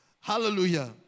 Hallelujah